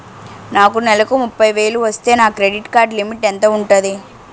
నాకు నెలకు ముప్పై వేలు వస్తే నా క్రెడిట్ కార్డ్ లిమిట్ ఎంత ఉంటాది?